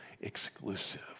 exclusive